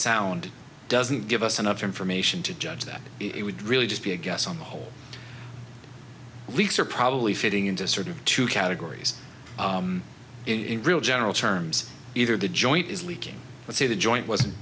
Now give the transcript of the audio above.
sound doesn't give us enough information to judge that it would really just be a guess on the whole leaks are probably fitting into sort of two categories in real general terms either the joint is leaking let's say the joint wasn't